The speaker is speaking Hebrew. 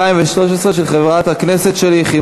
הצעת החוק לא נתקבלה.